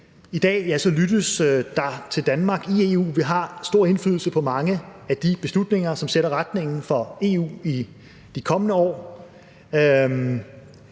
i dag, så lyttes der til Danmark i EU. Vi har stor indflydelse på mange af de beslutninger, som sætter retningen for EU i de kommende år.